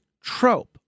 trope